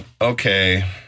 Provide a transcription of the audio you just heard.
Okay